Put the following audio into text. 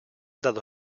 dado